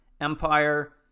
empire